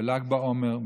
בל"ג בעומר,